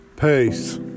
peace